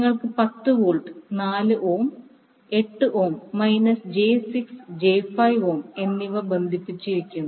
നിങ്ങൾക്ക് 10 volt 4 ohm 8 ohm minus j6j5 ohm എന്നിവ ബന്ധിപ്പിച്ചിരിക്കുന്നു